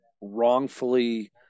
wrongfully